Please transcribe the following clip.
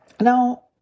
Now